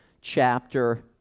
chapter